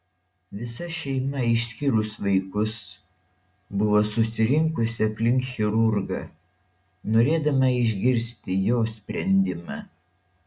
visa šeima išskyrus vaikus buvo susirinkusi aplink chirurgą norėdama išgirsti jo sprendimą